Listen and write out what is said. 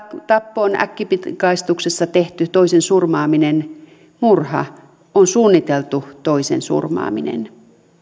tappo on äkkipikaistuksissa tehty toisen surmaaminen murha on suunniteltu toisen surmaaminen